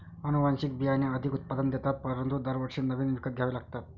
अनुवांशिक बियाणे अधिक उत्पादन देतात परंतु दरवर्षी नवीन विकत घ्यावे लागतात